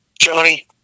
Johnny